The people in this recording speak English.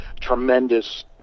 tremendous